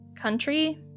country